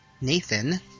Nathan